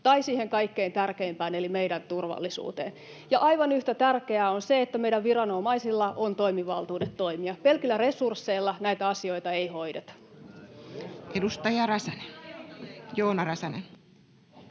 tai siihen kaikkein tärkeimpään eli meidän turvallisuuteen. Ja aivan yhtä tärkeää on se, että meidän viranomaisilla on toimivaltuudet toimia. Pelkillä resursseilla näitä asioita ei hoideta. [Sosiaalidemokraattien